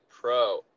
pro